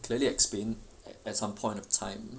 clearly explained at some point of time